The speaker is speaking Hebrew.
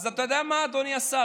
אז אתה יודע מה, אדוני השר?